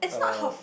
uh